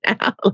now